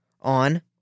on